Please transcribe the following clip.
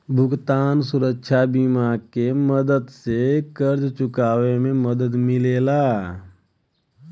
भुगतान सुरक्षा बीमा के मदद से कर्ज़ चुकावे में मदद मिलेला